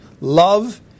Love